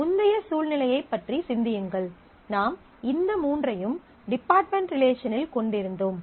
முந்தைய சூழ்நிலையைப் பற்றி சிந்தியுங்கள் நாம் இந்த மூன்றையும் டிபார்ட்மென்ட் ரிலேசனில் கொண்டிருந்தோம்